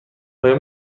آیا